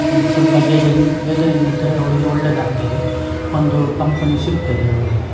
ಅಲ್ಲಿ ಸ್ವಲ್ಪ gather gathering ಇದ್ದರೆ ಅವರಿಗೆ ಒಳ್ಳೆದಾಗ್ತದೆ ಒಂದು ಕಂಪನಿ ಸಿಗ್ತದೆ ಅವರಿಗೆ